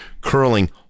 Curling